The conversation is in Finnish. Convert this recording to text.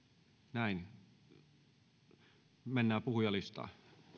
mennään puhujalistaan